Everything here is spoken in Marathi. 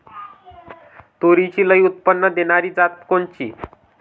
तूरीची लई उत्पन्न देणारी जात कोनची?